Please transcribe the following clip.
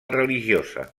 religiosa